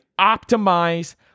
optimize